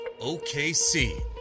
OKC